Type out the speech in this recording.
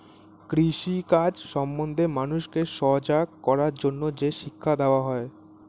কৃষি কাজ সম্বন্ধে মানুষকে সজাগ করার জন্যে যে শিক্ষা দেওয়া হয়